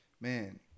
Man